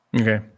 Okay